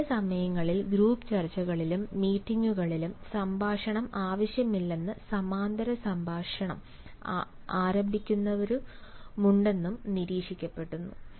ചില സമയങ്ങളിൽ ഗ്രൂപ്പ് ചർച്ചകളിലും മീറ്റിംഗുകളിലും സംഭാഷണം ആവശ്യമില്ലെന്ന് സമാന്തര സംഭാഷണം ആരംഭിക്കുന്നവരുമുണ്ടെന്നും നിരീക്ഷിക്കപ്പെട്ടിട്ടുണ്ട്